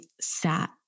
sat